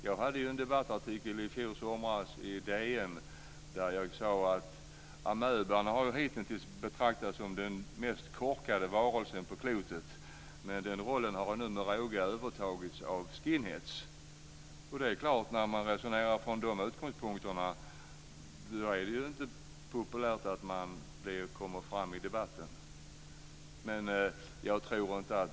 Jag hade ju en debattartikel i fjol somras i DN där jag sade att amöban hitintills har betraktats som den mest korkade varelsen på klotet. Men den rollen har numera övertagits av skinhead. När man resonerar utifrån dessa utgångspunkter så är det ju inte populärt att man kommer fram i debatten.